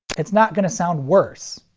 it's not gonna sound worse.